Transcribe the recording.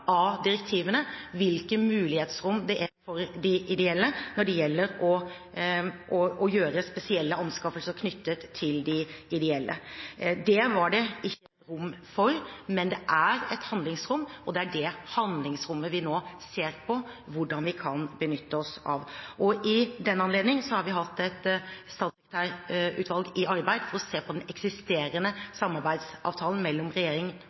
av direktivene – hvilke mulighetsrom det er for de ideelle når det gjelder spesielle anskaffelser. Det var det ikke rom for, men det er et handlingsrom, og det er det handlingsrommet vi nå ser på hvordan vi kan benytte oss av. I den anledning har vi hatt et statssekretærutvalg i arbeid for å se på den eksisterende samarbeidsavtalen mellom